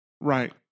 Right